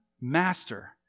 Master